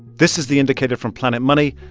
this is the indicator from planet money.